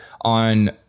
on